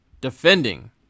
defending